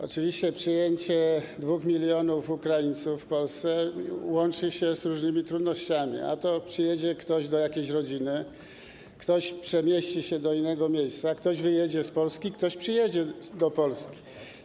Oczywiście przyjęcie 2 mln Ukraińców w Polsce łączy się z różnymi trudnościami - ktoś przyjedzie do jakiejś rodziny, ktoś przemieści się do innego miejsca, ktoś wyjedzie z Polski, ktoś przyjedzie do Polski.